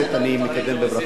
אני מקדם בברכה,